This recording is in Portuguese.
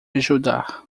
ajudar